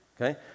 okay